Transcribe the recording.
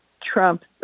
Trump